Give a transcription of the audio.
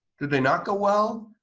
did they not go well?